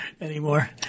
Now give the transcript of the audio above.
anymore